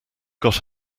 got